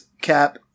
cap